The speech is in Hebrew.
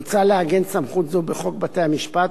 מוצע לעגן סמכות זו בחוק בתי-המשפט,